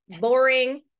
boring